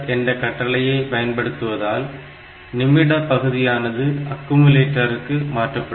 என்ற கட்டளையை பயன்படுத்துவதால் நிமிட பகுதியானது அக்குயுமுலேட்டருக்கு மாற்றப்படும்